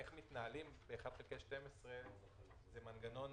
איך מתנהלים בתקציב על פי 1/12 זה מנגנון